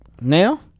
now